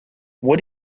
what